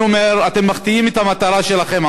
אני אומר שאתם מחטיאים את המטרה שלכם,